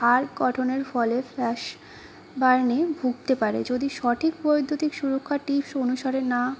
arc গঠনের ফলে flash বার্নে ভুগতে পারে যদি সঠিক বৈদ্যুতিক সুরক্ষা টিপস অনুসরণ না